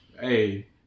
Hey